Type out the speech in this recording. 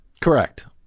Correct